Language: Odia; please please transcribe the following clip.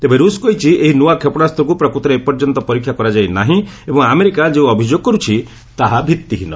ତେବେ ରୁଷ କହିଛି ଏହି ନୂଆ କ୍ଷେପଣାସ୍ତକୁ ପ୍ରକୃତରେ ଏ ପର୍ଯ୍ୟନ୍ତ ପରୀକ୍ଷା କରାଯାଇ ନାହିଁ ଏବଂ ଆମେରିକା ଯେଉଁ ଅଭିଯୋଗ କରୁଛି ତାହା ଭିତ୍ତିହୀନ